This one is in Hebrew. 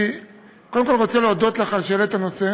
אני רוצה להודות לך על שהעלית את הנושא